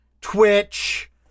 Twitch